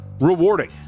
Rewarding